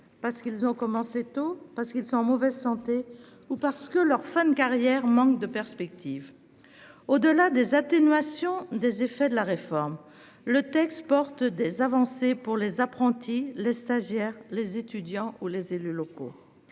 parce qu'ils ont commencé tôt, parce qu'ils sont en mauvaise santé ou parce que leur fin de carrière manque de perspectives. Au-delà des atténuations des effets de la réforme, le texte comporte des avancées pour les apprentis, les stagiaires, les étudiants ou les élus locaux.